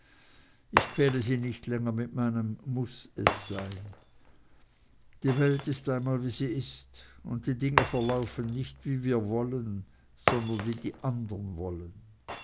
ich quäle sie nicht länger mit meinem muß es sein die welt ist einmal wie sie ist und die dinge verlaufen nicht wie wir wollen sondern wie die andern wollen